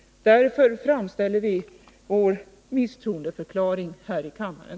Därför framställer vi vår misstroendeförklaring här i kammaren.